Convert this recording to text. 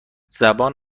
زبان